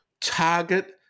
target